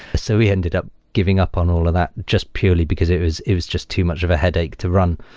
so we ended up giving up on all of that just purely because it was it was just too much of a headache to run.